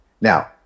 Now